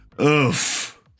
Oof